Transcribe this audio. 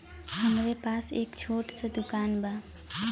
हमरे पास एक छोट स दुकान बा